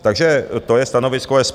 Takže to je stanovisko SPD.